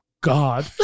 God